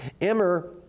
Emmer